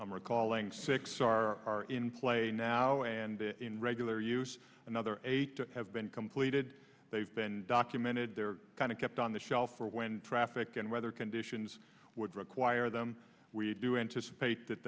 i'm recalling six are in play now and they're in regular use another eight have been completed they've been documented there kind of kept on the shelf for when traffic and weather conditions would require them we do anticipate that